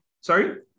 Sorry